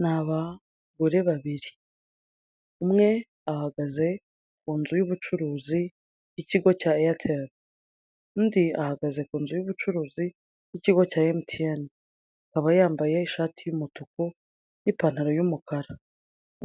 Ni abagore babiri umwe ahagaze ku inzu y'ubucuruzi y'ikigo cya eyateri, undi ahagaze ku inzu y'ubucuruzi y'ikigo cya emutiyene, akaba yambaye ishati y'umutuku n'ipantaro y'umukara,